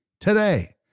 today